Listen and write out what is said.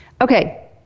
okay